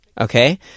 Okay